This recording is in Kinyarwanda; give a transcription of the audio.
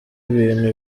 ibintu